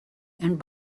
and